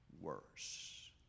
worse